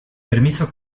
permiso